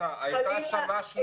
חלילה,